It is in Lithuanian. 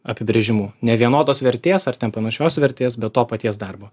apibrėžimu nevienodos vertės ar ten panašios vertės bet to paties darbo